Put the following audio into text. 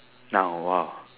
now !wow!